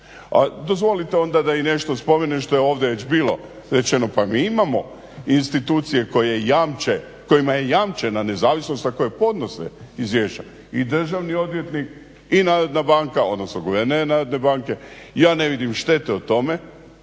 A dozvolite da nešto spomenem što je ovdje već bilo rečeno. Pa mi imamo institucije kojima je jamčena nezavisnost a koje podnose izvješća. I državni odvjetnik i Narodna banka odnosno guverner Narodne banke. Ja ne vidim štete o tome